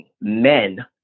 men